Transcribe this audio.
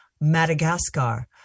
Madagascar